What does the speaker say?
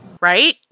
Right